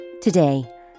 Today